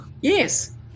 Yes